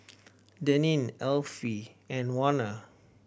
Daneen Effie and Warner